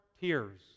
tears